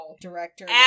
director